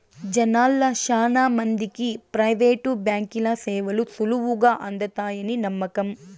జనాల్ల శానా మందికి ప్రైవేటు బాంకీల సేవలు సులువుగా అందతాయని నమ్మకం